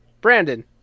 brandon